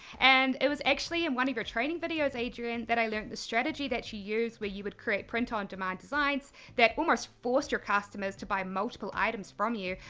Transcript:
and it was actually in one of your training videos, adrian, that i learnt the strategy that you use where you would create print-on-demand designs that almost forced your customers to buy multiple items from you,